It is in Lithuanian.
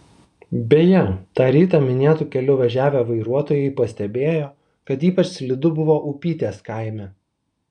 beje tą rytą minėtu keliu važiavę vairuotojai pastebėjo kad ypač slidu buvo upytės kaime